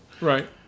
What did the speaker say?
Right